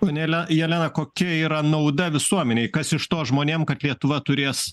ponia le jelena kokia yra nauda visuomenei kas iš to žmonėm kad lietuva turės